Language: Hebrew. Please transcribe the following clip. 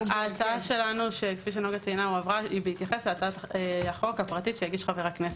ההצעה שלנו היא בהתייחס להצעת החוק הפרטית שהגיש חבר הכנסת.